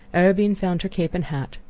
arobin found her cape and hat,